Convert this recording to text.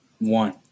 One